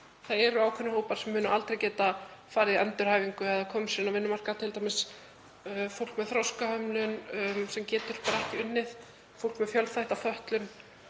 Það eru ákveðnir hópar sem munu aldrei geta farið í endurhæfingu eða komið sér inn á vinnumarkað, t.d. fólk með þroskahömlun sem getur bara ekki unnið, fólk með fjölþætta fötlun